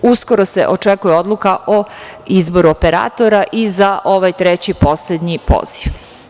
Uskoro se očekuje odluka o izboru operatora i za ovaj treći poslednji poziv.